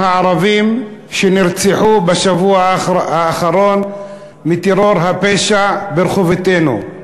הערבים שנרצחו בשבוע האחרון מטרור הפשע ברחובותינו.